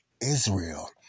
Israel